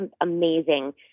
amazing